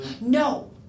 No